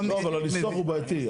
לא, אבל הניסוח הוא בעייתי.